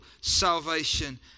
salvation